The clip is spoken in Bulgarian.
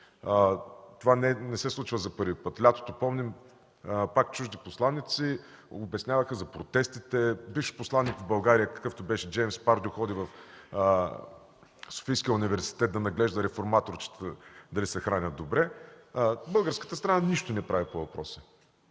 Това не се случва за първи път. Помним, през лятото пак чужди посланици обясняваха за протестите, бившият посланик в България, какъвто беше Джеймс Пардю, ходи в Софийския университет да наглежда реформаторчетата дали се хранят добре. Българската страна нищо не прави по въпроса.